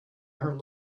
her